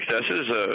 successes